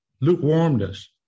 lukewarmness